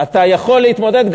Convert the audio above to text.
אתה יכול להתמודד,